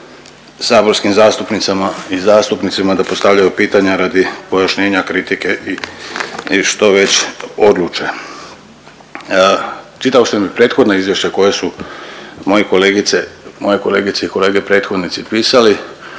saborskim zastupnicama i zastupnicima da postavljaju pitanja radi pojašnjenja kritike i što već odluče. Čitao sam i prethodno izvješća koja su moje kolegice, moje kolegice i kolege prethodnici pisali